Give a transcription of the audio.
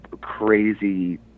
crazy